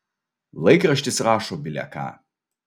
laikraštis rašo bile ką